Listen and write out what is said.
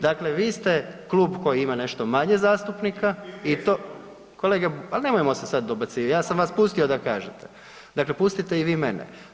Dakle, vi ste klub koji ima nešto manje zastupnika i to… [[Upadica iz klupe se ne razumije]] kolege al nemojmo se sad dobacivati, ja sam vas pustio da kažete, dakle pustite i vi mene.